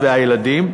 והילדים,